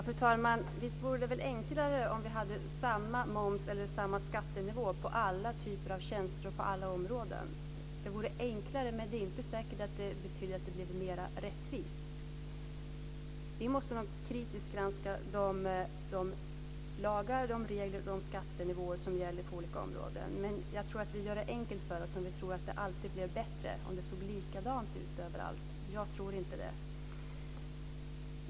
Fru talman! Visst vore det enklare om vi hade samma skattenivå på alla typer av tjänster och på alla områden. Det vore enklare, men det är inte säkert att det betyder att det blir mer rättvist. Vi måste nog kritiskt granska de lagar, regler och skattenivåer som gäller på olika områden. Men jag tror att vi gör det enkelt för oss om vi tror att det alltid skulle bli bättre om det såg likadant ut överallt. Jag tror inte det.